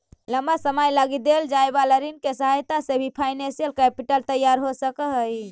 लंबा समय लगी देल जाए वाला ऋण के सहायता से भी फाइनेंशियल कैपिटल तैयार हो सकऽ हई